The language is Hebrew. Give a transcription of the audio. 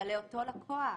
אבל לאותו לקוח.